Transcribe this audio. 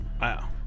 Wow